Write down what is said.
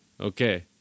Okay